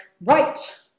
right